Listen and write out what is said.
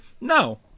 No